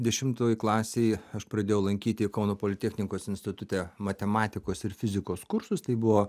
dešimtoj klasėj aš pradėjau lankyti kauno politechnikos institute matematikos ir fizikos kursus tai buvo